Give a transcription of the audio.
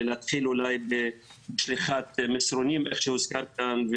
אולי להתחיל בשליחת מסרונים כפי שהוזכר כאן,